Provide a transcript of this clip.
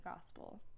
gospel